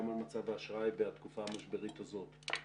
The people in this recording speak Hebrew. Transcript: גם על מצב האשראי בתקופה המשברית הזאת.